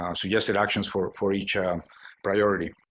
um suggested actions for for each priority.